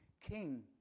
king